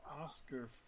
Oscar